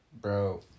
Bro